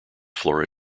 flora